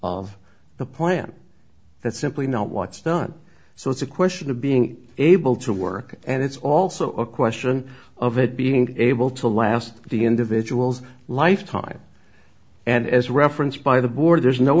of the plan that's simply not what's done so it's a question of being able to work and it's also a question of it being able to last the individual's life time and as referenced by the board there's no